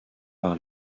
par